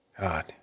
God